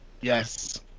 Yes